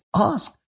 ask